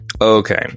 Okay